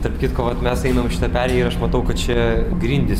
tarp kitko vat mes einame šita perėja ir aš matau kad čia grindys